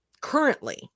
currently